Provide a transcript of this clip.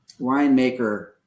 winemaker